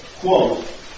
Quote